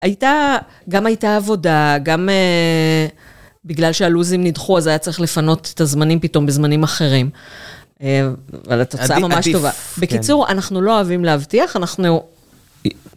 הייתה, גם הייתה עבודה, גם בגלל שהלו"זים נדחו, אז היה צריך לפנות את הזמנים פתאום בזמנים אחרים. אבל התוצאה ממש טובה. בקיצור, אנחנו לא אוהבים להבטיח, אנחנו...